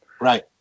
Right